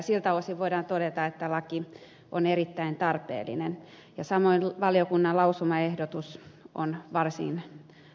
siltä osin voidaan todeta että laki on erittäin tarpeellinen ja samoin valiokunnan lausumaehdotus on varsin hyvä